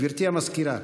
גברתי המזכירה.